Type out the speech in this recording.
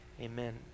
Amen